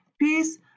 Peace